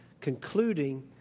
concluding